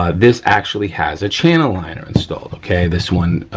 ah this actually has a channel liner installed, okay. this one,